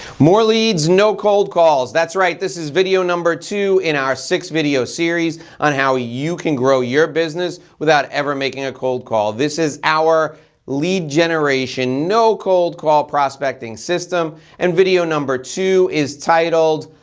more leads, no cold calls. that's right, this is video number two in our six video series on how you can grow your business without ever making a cold call. this is our lead generation no cold call prospecting system and video number two is titled,